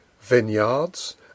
vineyards